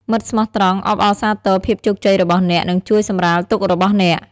មិត្តស្មោះត្រង់អបអរសាទរភាពជោគជ័យរបស់អ្នក និងជួយសម្រាលទុក្ខរបស់អ្នក។